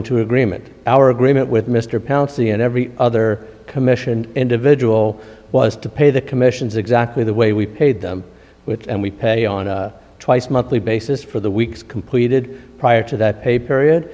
pursuant to agreement our agreement with mr pouncey and every other commission individual was to pay the commissions exactly the way we paid them with and we pay on a twice monthly basis for the weeks completed prior to that pay period